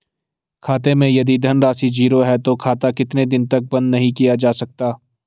खाते मैं यदि धन राशि ज़ीरो है तो खाता कितने दिन तक बंद नहीं किया जा सकता?